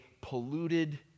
polluted